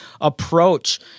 approach